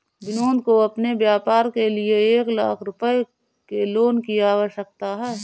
विनोद को अपने व्यापार के लिए एक लाख रूपए के लोन की आवश्यकता है